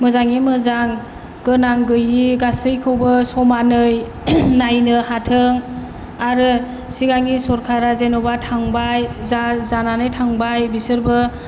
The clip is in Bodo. मोजाङै मोजां गोनां गैयै गासैखौबो समानै नायनो हाथों आरो सिगांनि सरखारा जेन'बा थांबाय जा जानानै थांबाय बिसोरबो